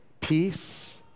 peace